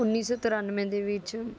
ਉੱਨੀ ਸੌ ਤਰਾਨਵੇਂ ਦੇ ਵਿੱਚ